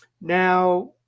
Now